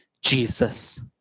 Jesus